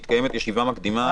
מתקיימת ישיבה מקדימה,